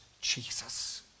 Jesus